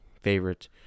favorite